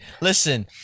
Listen